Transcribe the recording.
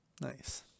Nice